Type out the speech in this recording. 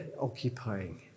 occupying